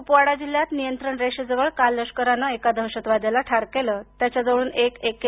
कुपवाडा जिल्ह्यात नियंत्रण रेषेजवळ काल लष्करानं एका दहशतवाद्याला ठार केलं त्याचाजवळून एक एके